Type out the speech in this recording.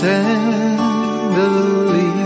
Tenderly